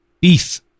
Beef